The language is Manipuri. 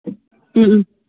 ꯎꯝ ꯎꯝ